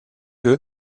eux